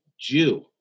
jew